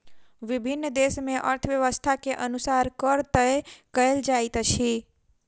विभिन्न देस मे अर्थव्यवस्था के अनुसार कर तय कयल जाइत अछि